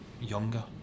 younger